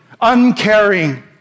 uncaring